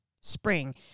spring